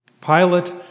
Pilate